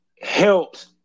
helps